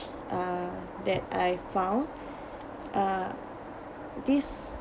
uh that I found uh this